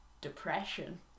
depression